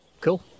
Cool